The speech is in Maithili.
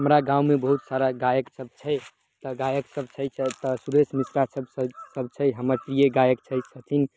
हमरा गाँवमे बहुत सारा गायक सब छै तऽ गायक सब छै तब तऽ सुरेश मिश्रा सब सब तऽ छै हमर प्रिये गायक छै छथिन